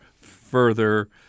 further